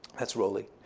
that's rolly.